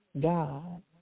God